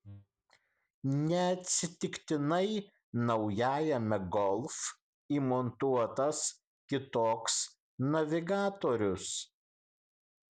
neatsitiktinai naujajame golf įmontuotas kitoks navigatorius